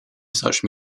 such